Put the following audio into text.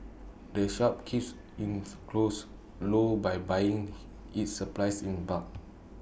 the shop keeps its costs low by buying its supplies in bulk